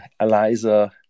Eliza